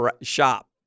shop